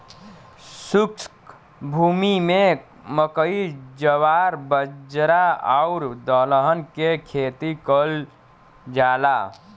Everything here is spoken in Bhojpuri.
शुष्क भूमि में मकई, जवार, बाजरा आउर दलहन के खेती कयल जाला